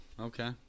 okay